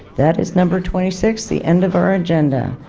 that is number twenty six the end of our agenda.